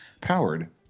powered